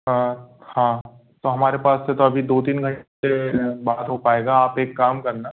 हाँ हाँ तो हमारे पास से तो अभी दो तीन घंटे बाद हो पाएगा आप एक काम करना